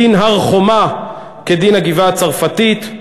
דין הר-חומה כדין הגבעה-הצרפתית.